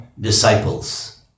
disciples